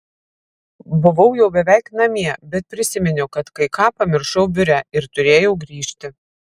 buvau jau beveik namie bet prisiminiau kad kai ką pamiršau biure ir turėjau grįžti